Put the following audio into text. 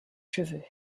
cheveux